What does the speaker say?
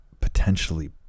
potentially